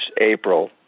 April